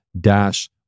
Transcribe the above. dash